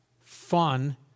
fun